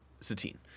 Satine